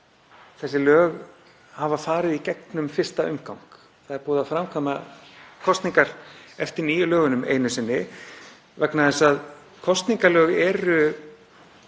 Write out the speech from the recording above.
þessi lög hafa farið í gegnum fyrsta umgang, það er búið að framkvæma kosningar eftir nýju lögunum einu sinni, vegna þess að kosningalög eru